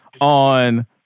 on